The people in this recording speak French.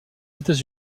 états